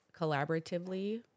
collaboratively